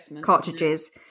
cartridges